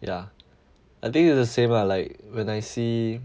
yeah I think it's the same lah like when I see